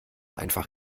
einfach